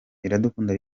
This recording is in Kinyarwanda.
iradukunda